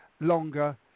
longer